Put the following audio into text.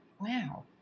Wow